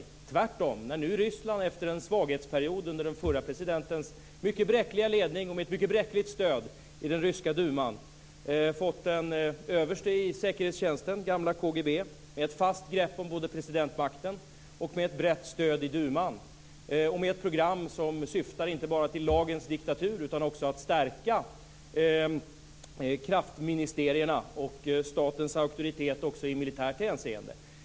Det är tvärtom när Ryssland nu efter en svaghetsperiod under den förra presidentens mycket bräckliga ledning med ett mycket bräckligt stöd i den ryska duman fått en överste i säkerhetstjänsten, gamla KGB, med ett fast grepp om både presidentmakten, med ett brett stöd i duman och med ett program som syftar inte bara till lagens diktatur utan också till att stärka kraftministerierna och statens auktoritet också i militärt hänseende.